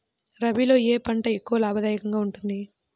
రబీలో ఏ పంట ఎక్కువ లాభదాయకంగా ఉంటుంది?